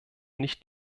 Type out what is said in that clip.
nicht